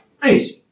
Please